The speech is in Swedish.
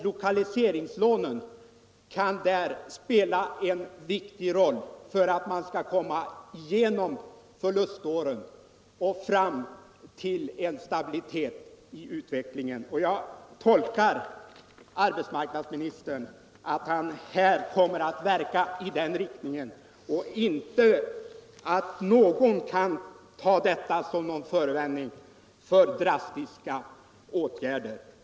Lokaliseringslånen kan då spela en viktig rolt — Nr 13 för att man skall komma igenom förluståren och nå fram till stabilitet Torsdagen den i utvecklingen. Jag tolkar arbetsmarknadsministern så, att han kommer 21 oktober 1976 att verka i den riktningen och att ingen skall kunna ta situationen som någon förevändning för drastiska åtgärder.